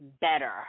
better